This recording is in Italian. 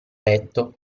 letto